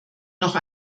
noch